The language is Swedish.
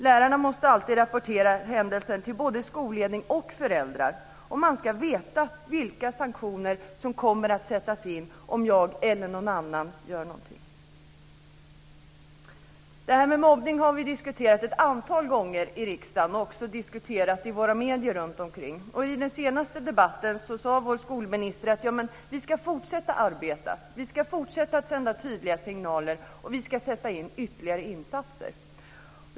Lärarna måste alltid rapportera händelser till både skolledning och föräldrar, och man ska veta vilka sanktioner som kommer att sättas in om man gör någonting. Mobbning har vi diskuterat ett antal gånger i riksdagen. Vi har också diskuterat det i våra medier. I den senaste debatten sade vår skolminister att vi ska fortsätta att arbeta och sända tydlig signaler, och vi ska sätta in ytterligare insatser.